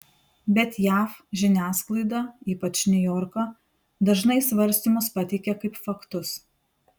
bet jav žiniasklaida ypač niujorko dažnai svarstymus pateikia kaip faktus